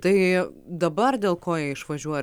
tai dabar dėl ko jie išvažiuoja